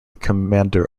commander